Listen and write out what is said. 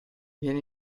viene